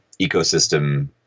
ecosystem